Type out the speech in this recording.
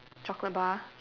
chocolate bar